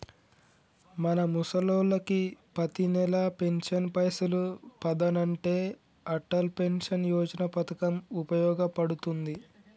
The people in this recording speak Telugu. మన ముసలోళ్ళకి పతినెల పెన్షన్ పైసలు పదనంటే అటల్ పెన్షన్ యోజన పథకం ఉపయోగ పడుతుంది